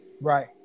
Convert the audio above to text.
Right